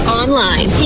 online